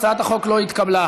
הצעת החוק לא התקבלה.